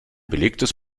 belegtes